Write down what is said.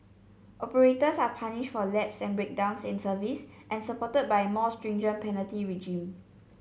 operators are punished for lapse and breakdowns in service and supported by a more stringent penalty regime